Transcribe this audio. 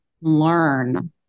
learn